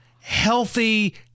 healthy